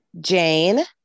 Jane